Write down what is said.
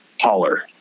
holler